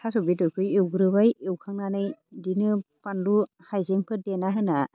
थास' बेदरखौ एवखांबाय एवनानै बिदिनो बानलु हायजेंफोर देना होना